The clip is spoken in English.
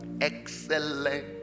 excellent